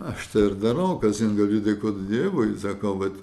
aš tą ir darau kasdien galiu dėkoti dievui sakau vat